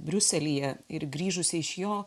briuselyje ir grįžusi iš jo